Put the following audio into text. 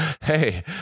Hey